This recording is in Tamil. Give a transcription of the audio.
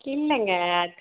இல்லைங்க